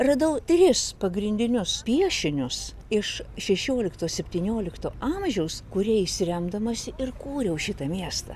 radau tris pagrindinius piešinius iš šešiolikto septyniolikto amžiaus kuriais remdamasi ir kūriau šitą miestą